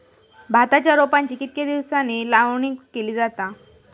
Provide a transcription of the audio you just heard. भाताच्या रोपांची कितके दिसांनी लावणी केली जाता?